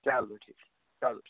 چلو ٹھیٖک چھُ چلو